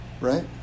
right